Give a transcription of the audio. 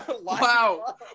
Wow